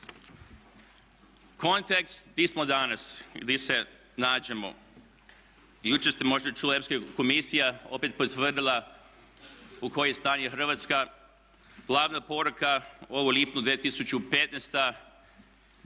Kontekst gdje smo danas, gdje se nađemo. Jučer ste možda čuli, Europska komisija je opet potvrdila u kojem stanju je Hrvatska. Glavna poruka ovog lipnja 2015.,